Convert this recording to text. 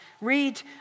Read